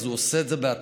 אז הוא עושה את זה בעצמו.